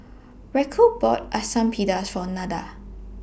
Racquel bought Asam Pedas For Nada